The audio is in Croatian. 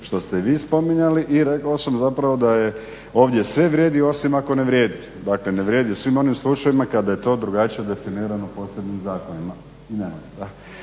što ste i vi spominjali. I rekao sam da ovdje sve vrijedi osim ako ne vrijedi. Dakle ne vrijedi u svim onim slučajevima kada je to drugačije definirano posebnim zakonima